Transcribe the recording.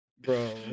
Bro